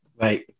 Right